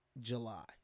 July